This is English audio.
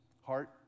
heart